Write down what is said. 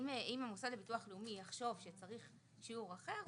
אם המוסד לביטוח לאומי יחשוב שצריך שיעור אחר.